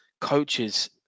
coaches